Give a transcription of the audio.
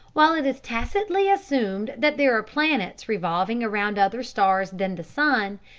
while it is tacitly assumed that there are planets revolving around other stars than the sun,